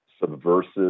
subversive